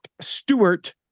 Stewart